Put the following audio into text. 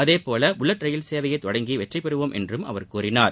அதேபோல bullet rail சேவையை தொடங்கி வெற்றி பெறுவோம் என்றும் அவர் கூறினார்